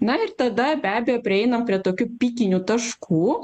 na ir tada be abejo prieina prie tokių pikinių taškų